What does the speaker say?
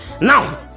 now